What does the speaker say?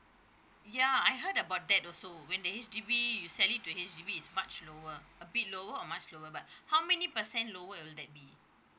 ya I heard about that also when the H_D_B you sell it to H_D_B is much lower a bit lower or much lower but how many percent lower will that be